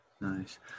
nice